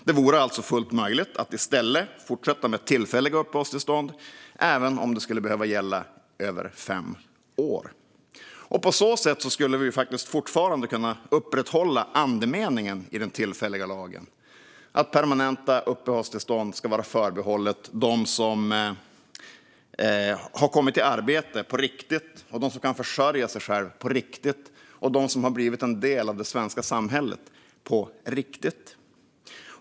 Det vore alltså fullt möjligt att i stället fortsätta med tillfälliga uppehållstillstånd även om de skulle behöva gälla över fem år. På så sätt skulle vi fortfarande kunna upprätthålla andemeningen i den tillfälliga lagen, det vill säga att permanenta uppehållstillstånd ska vara förbehållna dem som har kommit i arbete på riktigt, dem som kan försörja sig själva på riktigt och dem som har blivit en del av det svenska samhället på riktigt.